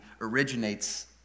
originates